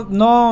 no